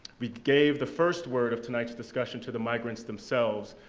we gave the first word of tonight's discussion to the migrants themselves,